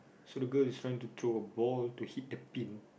so the girl is trying to throw a ball to hit a pin